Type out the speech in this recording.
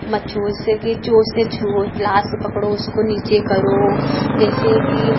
मत छूओ इससे कि से छूओ पिलास के पकड़ो उसको नीचे करो जैसे कि